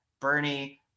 Bernie